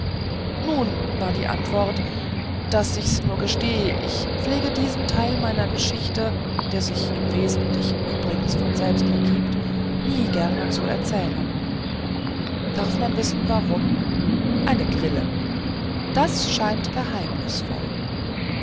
nun war die antwort daß ich's nur gestehe ich pflege diesen teil meiner geschichte der sich im wesentlichen übrigens von selbst ergibt nie gerne zu erzählen darf man wissen warum eine grille das scheint geheimnisvoll